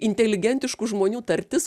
inteligentiškų žmonių tartis